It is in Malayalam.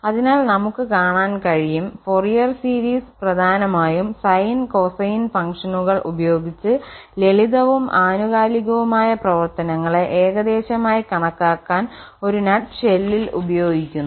അതിനാൽ നമുക് കാണാൻ കഴിയും ഫൊറിയർ സീരീസ് പ്രധാനമായും സൈൻ കൊസൈൻ ഫംഗ്ഷനുകൾ ഉപയോഗിച്ച് ലളിതവും ആനുകാലികവുമായ പ്രവർത്തനങ്ങളെ ഏകദേശമായി കണക്കാക്കാൻ ഒരു നട്ട് ഷെല്ലിൽ ഉപയോഗിക്കുന്നു